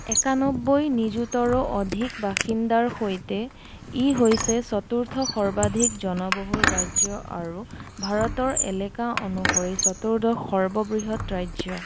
একান্নব্বৈ নিযুতৰো অধিক বাসিন্দাৰ সৈতে ই হৈছে চতুৰ্থ সৰ্বাধিক জনবহুল ৰাজ্য আৰু ভাৰতৰ এলেকা অনুসৰি চতুৰ্দশ সৰ্ববৃহৎ ৰাজ্য